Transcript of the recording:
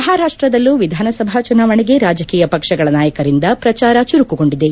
ಮಹಾರಾಷ್ಟ್ರದಲ್ಲೂ ವಿಧಾನಸಭಾ ಚುನಾವಣೆಗೆ ರಾಜಕೀಯ ಪಕ್ಷಗಳ ನಾಯಕರಿಂದ ಪ್ರಚಾರ ಚುರುಕುಗೊಂಡಿದೆ